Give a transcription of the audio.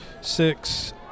six